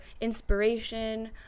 inspiration